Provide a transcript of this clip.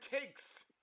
cakes